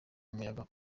umuyaga